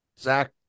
Zach